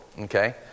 Okay